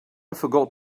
forgot